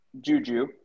Juju